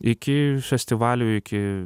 iki festivalio iki